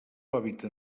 hàbitat